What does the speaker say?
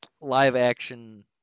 live-action